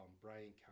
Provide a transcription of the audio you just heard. Brian